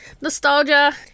nostalgia